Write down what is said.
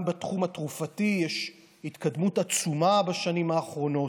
גם בתחום התרופתי יש התקדמות עצומה בשנים האחרונות,